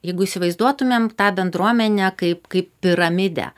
jeigu įsivaizduotumėm tą bendruomenę kaip kaip piramidę